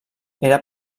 era